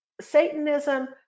Satanism